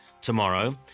tomorrow